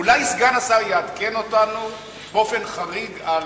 אולי סגן השר יעדכן אותנו באופן חריג על,